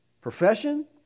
profession